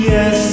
Yes